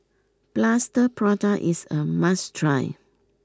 Plaster Prata is a must try